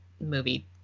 movie